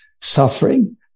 suffering